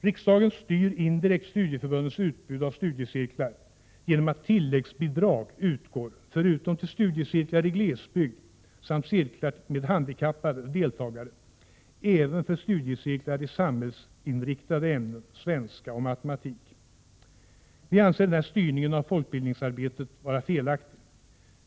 Riksdagen styr indirekt studieförbundens utbud av studiecirklar genom att tilläggsbidrag utgår, förutom till studiecirklar i glesbygd samt cirklar med handikappade deltagare, även för studiecirklar i samhällsinriktade ämnen, svenska och matematik. Vi anser denna styrning av folkbildningsarbetet vara felaktig.